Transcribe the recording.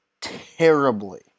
terribly